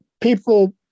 people